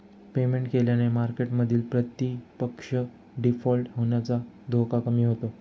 payment केल्याने मार्केटमधील प्रतिपक्ष डिफॉल्ट होण्याचा धोका कमी होतो